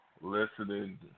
listening